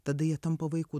tada jie tampa vaikų